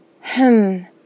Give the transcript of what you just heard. Hm